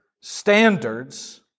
standards